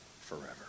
forever